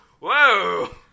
whoa